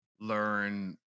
learn